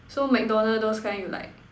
so McDonald those kind you like